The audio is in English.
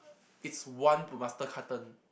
it's one per master carton